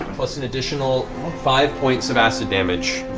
plus an additional five points of acid damage.